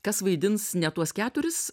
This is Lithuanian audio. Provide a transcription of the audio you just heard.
kas vaidins ne tuos keturis